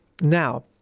now